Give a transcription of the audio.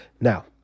Now